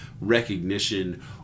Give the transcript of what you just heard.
recognition